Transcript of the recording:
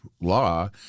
law